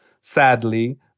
Sadly